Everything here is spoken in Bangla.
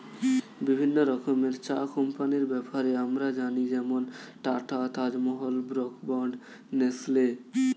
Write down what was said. বিভিন্ন রকমের চা কোম্পানির ব্যাপারে আমরা জানি যেমন Tata, Taj Mahal, Brooke Bond, Nestle